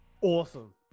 awesome